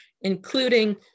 including